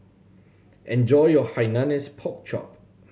enjoy your Hainanese Pork Chop